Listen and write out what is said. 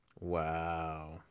Wow